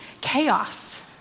chaos